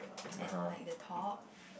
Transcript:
at like the top